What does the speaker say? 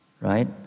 right